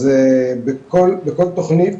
אז בכל תוכנית